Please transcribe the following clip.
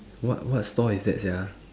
what what stall is that sia